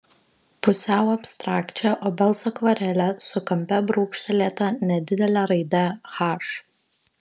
pusiau abstrakčią obels akvarelę su kampe brūkštelėta nedidele raide h